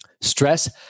Stress